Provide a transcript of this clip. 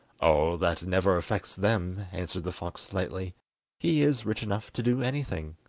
oh, that never affects them answered the fox lightly he is rich enough to do anything.